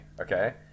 okay